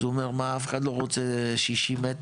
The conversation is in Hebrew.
אז הוא אומר מה, אף אחד לא רוצה 60 מ"ר.